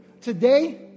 Today